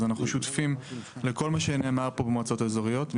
אז אנחנו שותפים לכל מה שנאמר פה במועצות האזוריות.